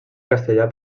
castellà